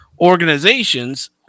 organizations